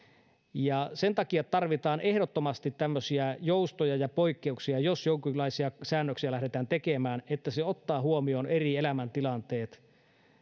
sen takia tarvitaan ehdottomasti tämmöisiä joustoja ja poikkeuksia jos jonkunlaisia säännöksiä lähdetään tekemään jotka ottavat huomioon eri elämäntilanteet